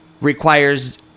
requires